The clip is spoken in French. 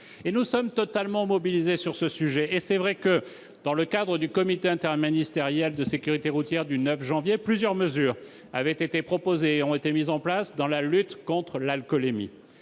Nous sommes totalement mobilisés sur ce sujet. Il est vrai que, dans le cadre du comité interministériel de la sécurité routière du 9 janvier dernier, plusieurs mesures ont été proposées et mises en place pour lutter contre l'alcoolémie.